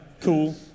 cool